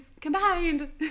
combined